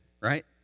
right